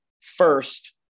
first